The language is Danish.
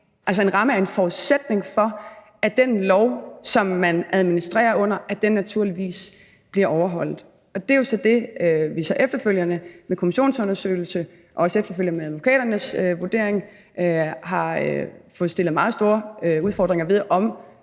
inden for rammen af den forudsætning, at den lov, som man administrerer under, naturligvis bliver overholdt. Det er jo så det, vi efterfølgende med kommissionsundersøgelsen og også med advokaternes vurdering har fået sat meget store spørgsmålstegn ved –